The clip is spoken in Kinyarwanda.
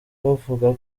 bavuga